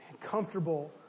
Comfortable